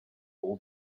all